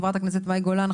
מאי גולן,